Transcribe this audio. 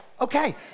okay